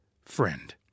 friend